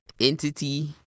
entity